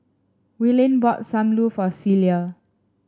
Willene bought Sam Lau for Celia